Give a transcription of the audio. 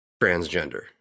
transgender